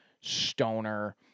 stoner